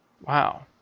Wow